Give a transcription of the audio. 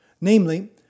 Namely